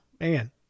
man